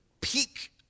peak